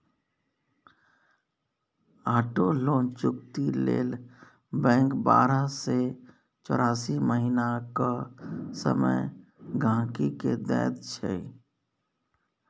auto loan चुकती लेल bank बारह सँ चौरासी महीनाक समय गांहिकी केँ दैत छै